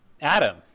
Adam